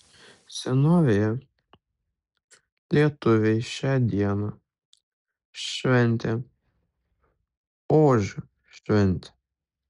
senovėje lietuviai šią dieną šventė ožio šventę